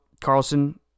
Carlson